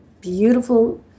beautiful